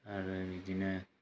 आरो बिदिनो